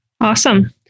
Awesome